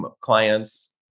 clients